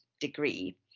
degree